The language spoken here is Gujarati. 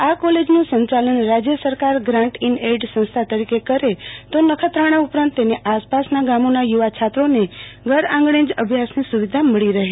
આ કોલેજનું સંચાલન રાજ્ય સરકાર ગ્રાન્ટ ઇન એઇડ સંસ્થા તરીકે કરે તો નખત્રાણા ઉપરાંત તેની આસપાસના ગામોના છાત્રોને ઘર આંગણે જ અભ્યાસની સુવિધા મળી રહે